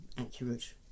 accurate